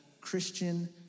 Christian